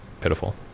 pitiful